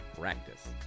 practice